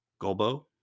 Golbo